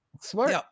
smart